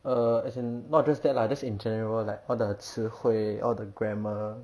err as in not just that lah just in general like all the 词汇 all the grammar